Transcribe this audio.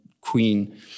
queen